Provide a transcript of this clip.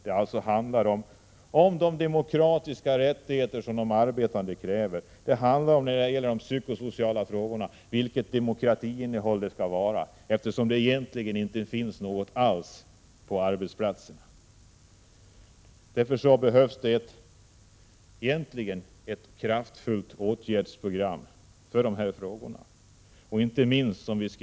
Det handlar om demokratiska rättigheter som de arbetande kräver, det handlar när det gäller de psykosociala frågorna om vad som är demokratins innehåll, och det finns egentligen inte något sådant alls på arbetsplatserna. Därför behövs ett kraftfullt åtgärdsprogram för att lösa dessa frågor.